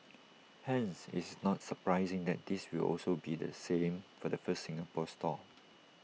hence it's not surprising that this will also be the selling for the first Singapore store